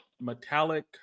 Metallic